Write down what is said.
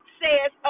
says